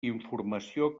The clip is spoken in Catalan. informació